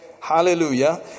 Hallelujah